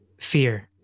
fear